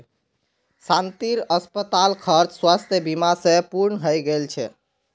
शांतिर अस्पताल खर्च स्वास्थ बीमा स पूर्ण हइ गेल छ